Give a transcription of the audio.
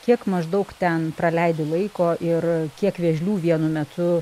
kiek maždaug ten praleidi laiko ir kiek vėžlių vienu metu